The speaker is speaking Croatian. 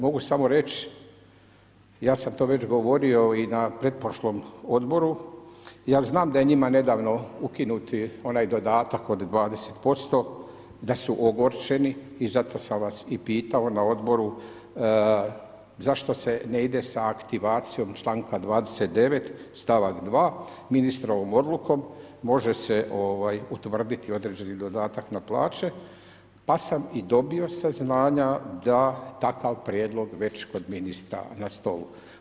Mogu samo reći, ja sam to već govorio i na pretprošlom odboru, ja znam da njima nedavno ukinuti onaj dodatak od 20%, da su ogorčeni i zato sam vas i pitao na odboru zašto se ne ide sa aktivacijom članka 29. stavak 2., ministrovom odlukom može se utvrditi određeni dodatak na plaće pa sam i dobio saznanja da je takav prijedlog već kod ministra na stolu.